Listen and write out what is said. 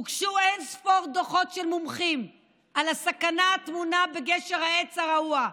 הוגשו אין-ספור דוחות של מומחים על הסכנה הטמונה בגשר העץ הרעוע.